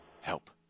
help